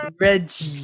Reggie